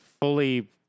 fully